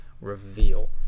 reveal